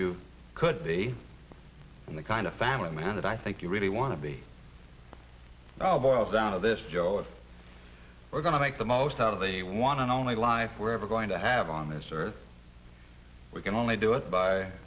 you could be the kind of family man that i think you really want to be boils down to this joe it's we're going to make the most out of a one and only life we're ever going to have on this earth we can only do it by